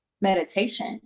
meditation